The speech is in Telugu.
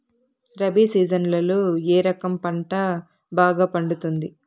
రబి సీజన్లలో ఏ రకం పంట బాగా పండుతుంది